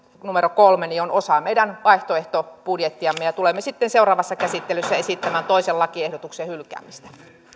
kolme on osa meidän vaihtoehtobudjettiamme ja tulemme sitten seuraavassa käsittelyssä esittämään toisen lakiehdotuksen hylkäämistä